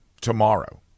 tomorrow